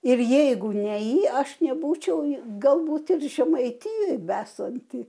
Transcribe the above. ir jeigu ne jį aš nebūčiau galbūt ir žemaitijoj esanti